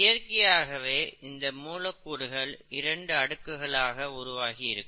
இயற்கையாகவே இந்த மூலக்கூறுகள் இரண்டு அடுக்குகளாக உருவாகி இருக்கும்